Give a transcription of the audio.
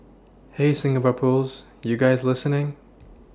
hey Singapore pools you guys listening